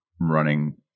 running